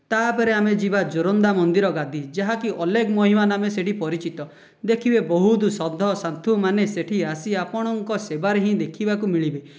ତା'ପରେ ଆମେ ଯିବା ଜୋରନ୍ଦା ମନ୍ଦିର ଗାଦି ଯାହାକି ଅଲେଖ ମହିମା ନାମେ ସେଇଠି ପରିଚିତ ଦେଖିବେ ବହୁତ ସଧ ସାଧୁମାନେ ସେଇଠି ଆସି ଆପଣଙ୍କ ସେବାରେ ହିଁ ଦେଖିବାକୁ ମିଳିବେ